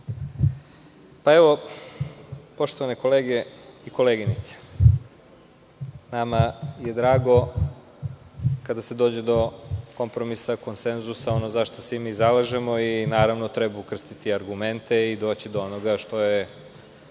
koleginica. Poštovane kolege i koleginice, nama je drago kada se dođe do kompromisa, konsenzusa, ono za šta se i mi zalažemo i naravno treba ukrstiti argumente i doći do onoga što je